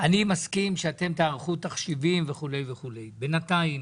אני מסכים שתערכו תחשיבים ואנחנו בינתיים